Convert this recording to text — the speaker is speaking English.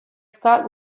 scott